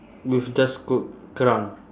with just c~ kerang